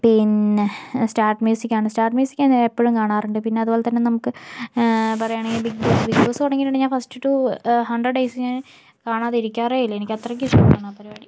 പിന്നെ start music ആണ് start music ആണ് എപ്പോളും കാണാറുണ്ട് പിന്നെ അതു പോലത്തന്നെ നമുക്ക് പറയണമെങ്കില് ബിഗ്ബോസ്സ് ബിഗ്ബോസ്സ് തുടങ്ങിയേൽ പിന്നെ ഞാൻ ഫസ്റ്റ് ടു ഹൺഡ്രഡ് ഡെയ്സ് ഞാന് കാണാതിരിക്കാറേയില്ല എനിക്കത്രയ്ക്കിഷ്ടമായിരുന്നു ആ പരിപാടി